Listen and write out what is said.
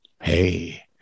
Hey